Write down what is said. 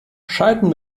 schalten